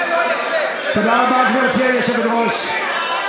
תודה רבה, גברתי היושבת-ראש.